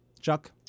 Chuck